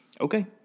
okay